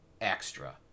extra